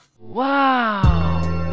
Wow